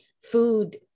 food